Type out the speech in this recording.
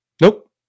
Nope